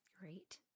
Great